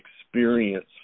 experience